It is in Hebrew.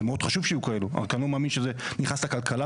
זה מאוד חשוב שיהיו כאלה רק אני לא מאמין שזה נכנס לכלכלה,